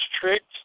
tricked